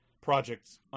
project's